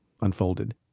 unfolded